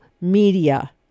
media